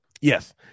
yes